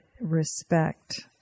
respect